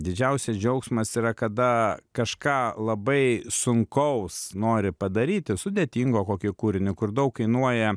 didžiausias džiaugsmas yra kada kažką labai sunkaus nori padaryti sudėtingo kokį kūrinį kur daug kainuoja